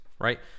right